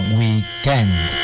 weekend